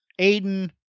Aiden